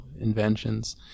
inventions